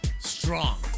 strong